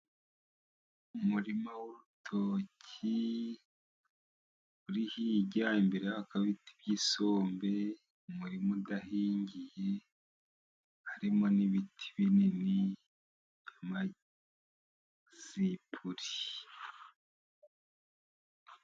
Umurima w'urutoki uri hirya, imbere haka ibiti byi'sombe, umurima udahingiye harimo n'ibiti binini, amasipuri.